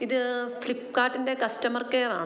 ഇത് ഫ്ലിപ്കാർട്ടിൻ്റെ customer care ആണോ